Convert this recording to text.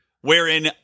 wherein